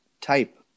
type